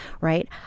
Right